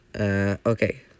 Okay